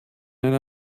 eine